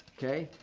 okay?